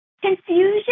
confusion